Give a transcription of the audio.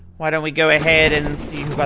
why don't we go ahead and and see